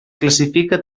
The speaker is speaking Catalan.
classifica